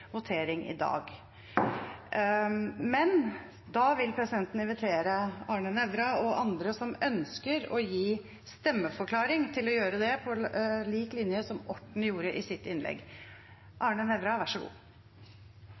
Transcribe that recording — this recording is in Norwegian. votering i dag. Da vil presidenten invitere Arne Nævra og andre som ønsker å gi stemmeforklaring, til å gjøre det – på lik linje som Orten gjorde i sitt innlegg. Jeg har ikke vært her i så